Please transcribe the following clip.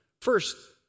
First